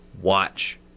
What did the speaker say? watch